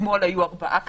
אתמול היו ארבעה כאלה.